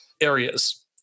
areas